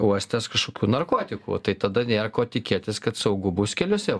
uostęs kažkokių narkotikų tai tada nėr ko tikėtis kad saugu bus keliuose